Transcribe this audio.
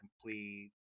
complete